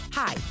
Hi